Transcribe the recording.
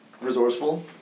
resourceful